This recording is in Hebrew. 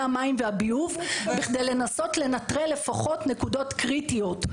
המים והביוב בכדי לנסות לנטרל לפחות נקודות קריטיות.